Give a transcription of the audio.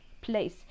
place